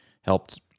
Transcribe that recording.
helped